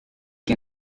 que